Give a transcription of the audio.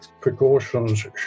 precautions